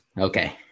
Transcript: Okay